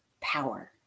power